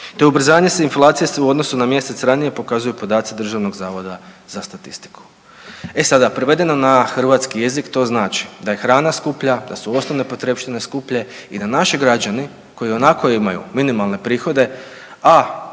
je ubrzanje … u odnosu na mjesec ranije pokazuju podaci DZS-a. E sada prevedeno na hrvatski jezik to znači da je hrana skuplja, da su osnovne potrepštine skuplje i da naši građani koji i onako imaju minimalne prihode, a